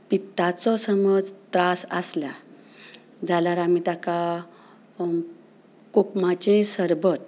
पित्ताचो समज त्रास आसल्यार जाल्यार आमी ताका उपमाचें सरबत